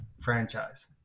franchise